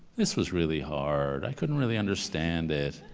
this was really hard. i couldn't really understand it.